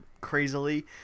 crazily